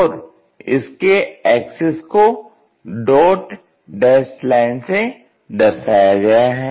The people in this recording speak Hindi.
और इसके एक्सिस को डॉट डैस्ड लाइन से दर्शाया गया है